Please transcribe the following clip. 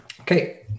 okay